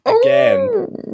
Again